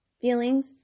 feelings